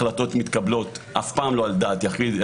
החלטות מתקבלות אף פעם לא על דעת יחיד,